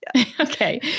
Okay